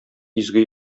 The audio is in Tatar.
изге